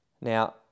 now